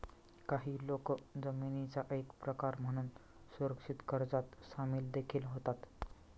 काही लोक जामीनाचा एक प्रकार म्हणून सुरक्षित कर्जात सामील देखील होतात